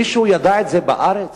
מישהו ידע את זה בארץ?